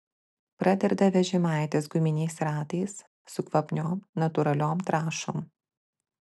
pradarda vežimaitis guminiais ratais su kvapniom natūraliom trąšom